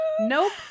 Nope